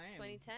2010